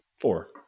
four